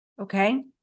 okay